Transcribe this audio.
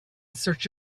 search